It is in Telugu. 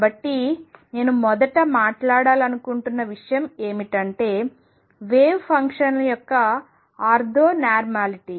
కాబట్టి నేను మొదట మాట్లాడాలనుకుంటున్న విషయం ఏమిటంటే వేవ్ ఫంక్షన్ల యొక్క ఆర్థో నార్మాలిటీ